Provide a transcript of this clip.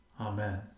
Amen